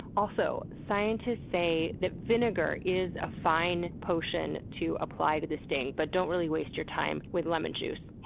also, scientists say that vinegar is a fine potion to apply to the sting, but don't really waste your time with lemon juice.